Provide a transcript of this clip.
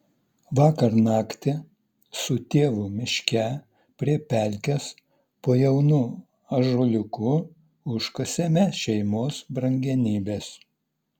vakar naktį su tėvu miške prie pelkės po jaunu ąžuoliuku užkasėme šeimos brangenybes